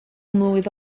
mlwydd